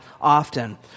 often